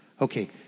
Okay